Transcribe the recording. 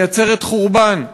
מייצרת חורבן.